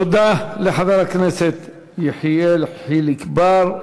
תודה לחבר הכנסת יחיאל חיליק בר.